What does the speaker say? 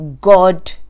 God